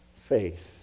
faith